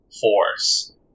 force